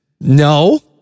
No